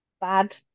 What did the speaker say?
bad